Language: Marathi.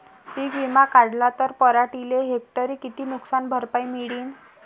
पीक विमा काढला त पराटीले हेक्टरी किती नुकसान भरपाई मिळीनं?